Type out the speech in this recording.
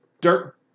dirt –